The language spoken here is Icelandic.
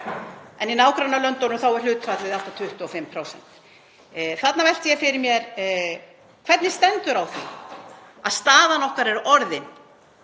en í nágrannalöndunum er hlutfallið allt að 25%. Ég velti fyrir mér: Hvernig stendur á því að staða okkar er orðin